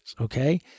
okay